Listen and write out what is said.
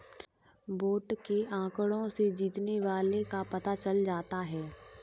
vote के आंकड़ों से जीतने वाले का पता चल जाता है